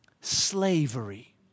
slavery